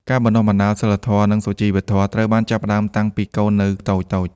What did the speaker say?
ការបណ្ដុះបណ្ដាលសីលធម៌ និងសុជីវធម៌ ត្រូវតែចាប់ផ្ដើមតាំងពីកូននៅតូចៗ។